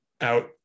out